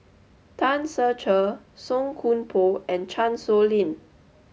Tan Ser Cher Song Koon Poh and Chan Sow Lin